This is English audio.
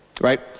right